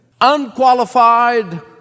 unqualified